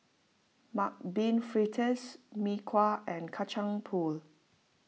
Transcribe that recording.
Mung Bean Fritters Mee Kuah and Kacang Pool